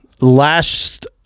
last